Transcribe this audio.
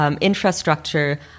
infrastructure